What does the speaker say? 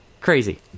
crazy